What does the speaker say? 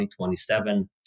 2027